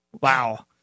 Wow